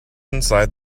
inside